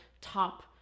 top